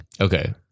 Okay